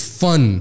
fun